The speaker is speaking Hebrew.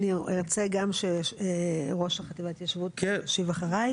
אני ארצה גם שראש החטיבה להתיישבות ישיב אחריי.